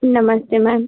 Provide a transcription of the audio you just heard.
नमस्ते मैम